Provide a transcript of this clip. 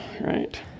Right